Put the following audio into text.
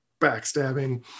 backstabbing